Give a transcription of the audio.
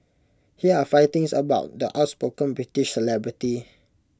here are five things about the outspoken British celebrity